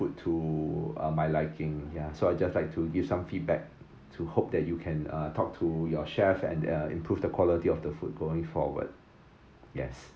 to uh my liking ya so I just like to give some feedback to hope that you can uh talk to your chef and uh improve the quality of the food going forward yes